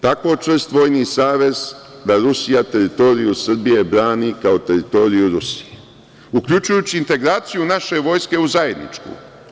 Tako čvrst vojni savez da Rusija teritoriju Srbije brani kao teritoriju Rusije, uključujući integraciju naše vojske u zajedničku.